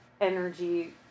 energy